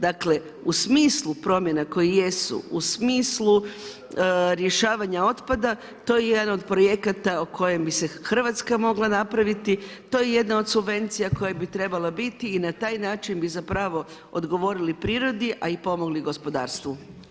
Dakle, u smislu promjena koje jesu, u smislu rješavanja otpada, to je jedan projekata o kojem bi se Hrvatska mogla napraviti, to je jedna od subvencija koja bi trebala biti i na taj način bi zapravo odgovorili prirodi ali i pomogli gospodarstvu.